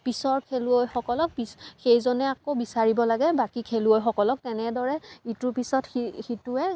পিছৰ খেলুৱৈসকলক পিছ সেইজনে আকৌ বিচাৰিব লাগে বাকী খেলুৱৈসকলক তেনেদৰে ইটোৰ পিছত সি সিটোৱে